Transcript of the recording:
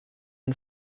and